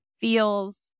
feels